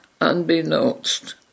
unbeknownst